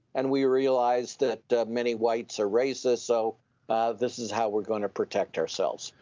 and we realize that many whites are racist, so this is how we're going to protect ourselves.